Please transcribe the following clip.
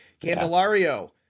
Candelario